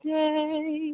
day